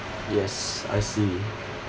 yes I see